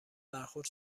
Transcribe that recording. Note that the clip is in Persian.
برخورد